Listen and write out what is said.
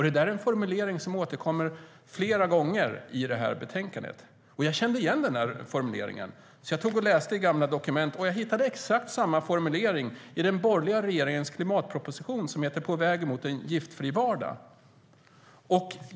Det är en formulering som återkommer flera gånger i betänkandet. Jag kände igen formuleringen. Jag läste i gamla dokument, och jag hittade exakt samma formulering i den borgerliga regeringens klimatproposition som heter På väg mot en giftfri vardag - plattform för kemikaliepolitiken .